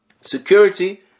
security